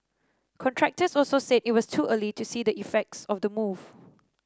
contractors also said it was too early to see the effects of the move